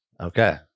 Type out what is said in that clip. Okay